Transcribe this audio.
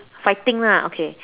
fighting lah okay